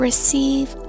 receive